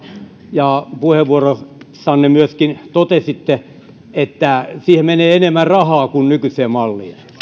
ja puheenvuorossanne myöskin totesitte että siihen menee enemmän rahaa kuin nykyiseen malliin